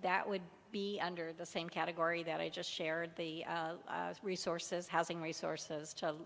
that would be under the same category that i just shared the resources housing resources to